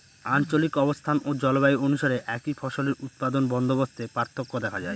আঞ্চলিক অবস্থান ও জলবায়ু অনুসারে একই ফসলের উৎপাদন বন্দোবস্তে পার্থক্য দেখা যায়